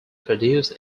produced